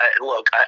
Look